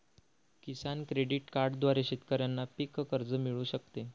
किसान credit कार्डद्वारे शेतकऱ्यांना पीक कर्ज मिळू शकते